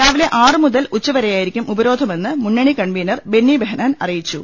രാവിലെ ആറ് മുതൽ ഉച്ചവരെയായിരിക്കും ഉപരോധമെന്ന് മുന്നണി കൺവീനർ ബെന്നി ബെഹ്നാൻ അറിയിച്ചു